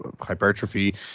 hypertrophy